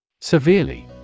Severely